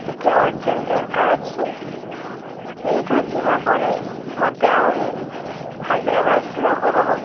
ଟିକେ ଅର୍ଜେଣ୍ଟ ଦରକାର ଅଛି ଏଇଠୁ ଯିବା ପରେ ମୋତେ ଆହୁରି ହାଇଦ୍ରାବାଦ ଯିବାକୁ ହେବ